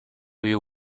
you